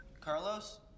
Carlos